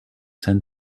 sent